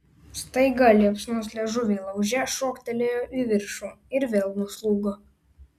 staiga liepsnos liežuviai lauže šoktelėjo į viršų ir vėl nuslūgo